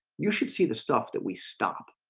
you should see the stuff that we stopped